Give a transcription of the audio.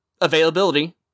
availability